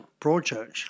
Broadchurch